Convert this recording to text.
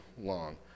long